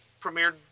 premiered